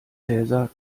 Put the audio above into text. cäsar